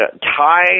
Tie